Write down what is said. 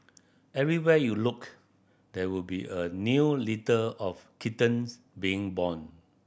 everywhere you looked there would be a new litter of kittens being born